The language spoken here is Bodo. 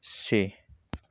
से